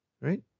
right